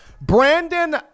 Brandon